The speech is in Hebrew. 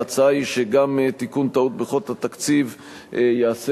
ההצעה היא שגם תיקון טעות בחוק התקציב ייעשה